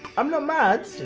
i'm not mad.